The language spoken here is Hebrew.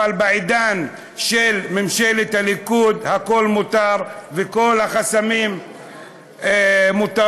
אבל בעידן של ממשלת הליכוד הכול מותר וכל החסמים מותרים,